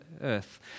earth